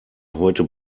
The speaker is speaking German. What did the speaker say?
heute